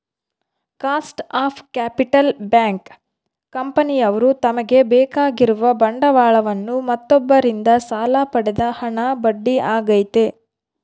cost of capital bank, ಕಂಪನಿಯವ್ರು ತಮಗೆ ಬೇಕಾಗಿರುವ ಬಂಡವಾಳವನ್ನು ಮತ್ತೊಬ್ಬರಿಂದ ಸಾಲ ಪಡೆದ ಹಣ ಬಡ್ಡಿ ಆಗೈತೆ